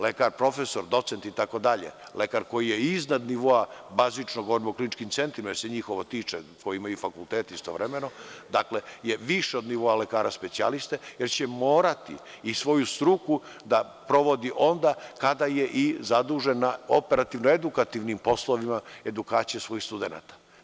Lekar profesor, docent itd, lekar koji je iznad nivoa bazičnog u kliničkim centrima, jer se njih tiče, koji imaju fakultete, istovremeno, je više od nivoa lekara specijaliste, jer će morati svoju struku da sprovodi onda kada je zadužen na operativno-edukativnim poslovima edukacije svojih studenata.